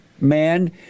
man